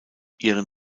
ihren